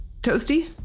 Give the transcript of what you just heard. toasty